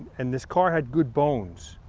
and this car had good bones.